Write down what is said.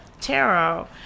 tarot